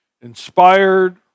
inspired